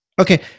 Okay